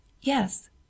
Yes